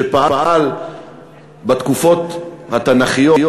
שפעל בתקופות התנ"כיות,